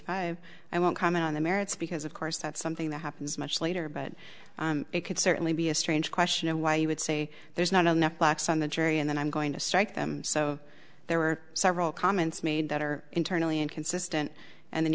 five i won't comment on the merits because of course that's something that happens much later but it could certainly be a strange question of why you would say there's not enough blacks on the jury and then i'm going to strike them so there were several comments made that are internally inconsistent and then